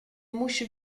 muž